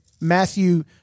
Matthew